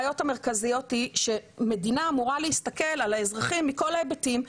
אחת הבעיות המרכזיות היא שמדינה אמורה להסתכל על האזרחים מכל ההיבטים,